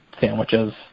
sandwiches